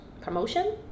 promotion